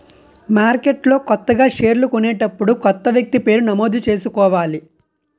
మార్కెట్లో కొత్తగా షేర్లు కొనేటప్పుడు కొత్త వ్యక్తి పేరు నమోదు చేసుకోవాలి